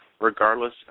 regardless